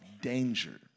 danger